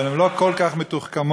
אבל הן לא כל כך מתוחכמות